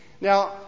Now